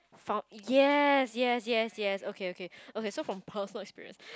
found yes yes yes yes okay okay okay so from perfect experience